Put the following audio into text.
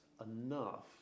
enough